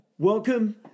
Welcome